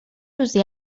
روزی